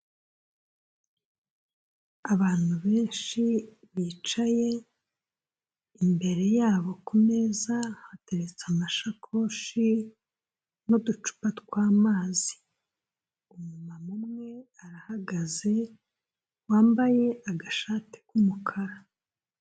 Abantu benshi bicaye, imbere yabo ku meza hateretse amashakoshi n'uducupa tw'amazi. Umumama umwe arahagaze, wambaye agashati k'umukara.